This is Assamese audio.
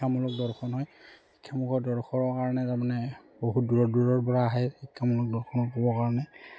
শিক্ষামূলক দৰ্শন হয় শিক্ষামূলক দৰ্শনৰ কাৰণে তাৰমানে বহুত দূৰৰ দূৰৰপৰা আহে শিক্ষামূলক দৰ্শন কৰিবৰ কাৰণে